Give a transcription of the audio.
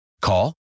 Call